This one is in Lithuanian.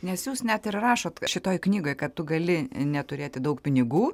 nes jūs net ir rašot šitoj knygoj kad tu gali neturėti daug pinigų